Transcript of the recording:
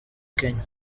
kenya